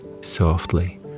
softly